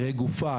יראה גופה,